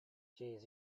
jeez